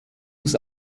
muss